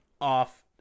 off